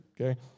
okay